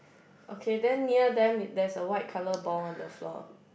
okay then near them is there is a white colour ball on the floor